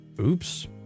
oops